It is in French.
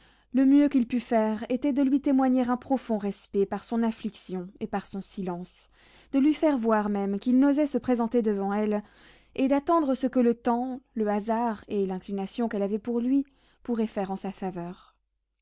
le mieux qu'il pût faire était de lui témoigner un profond respect par son affliction et par son silence de lui faire voir même qu'il n'osait se présenter devant elle et d'attendre ce que le temps le hasard et l'inclination qu'elle avait pour lui pourraient faire en sa faveur